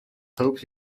hope